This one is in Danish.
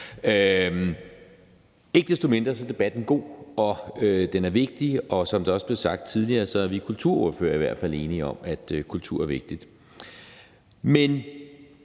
Ikke desto mindre er debatten god, og den er vigtig, og som det også er blevet sagt tidligere, er vi kulturordførere i hvert fald enige om, at kultur er vigtigt. Men